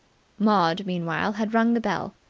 maud, meanwhile, had rung the bell.